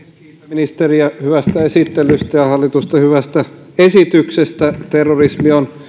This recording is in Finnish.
ministeriä hyvästä esittelystä ja hallitusta hyvästä esityksestä terrorismi on